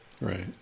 Right